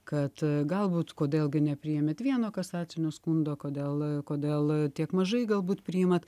kad galbūt kodėl gi nepriėmėt vieno kasacinio skundo kodėl kodėl tiek mažai galbūt priimat